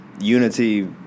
unity